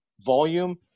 Volume